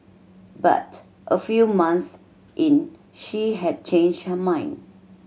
but a few months in she had changed her mind